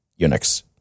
Unix